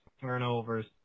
turnovers